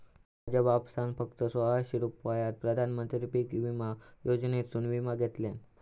माझ्या बापसान फक्त सोळाशे रुपयात प्रधानमंत्री पीक विमा योजनेसून विमा घेतल्यान